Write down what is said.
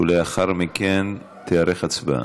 לאחר מכן תיערך הצבעה.